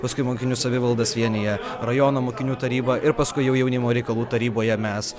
paskui mokinių savivaldas vienija rajono mokinių taryba ir paskui jau jaunimo reikalų taryboje mes